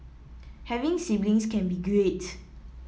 having siblings can be great